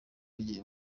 rye